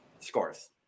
scores